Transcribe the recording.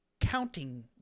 counting